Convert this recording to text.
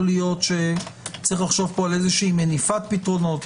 יכול להיות שצריך לחשוב פה על מניפת פתרונות.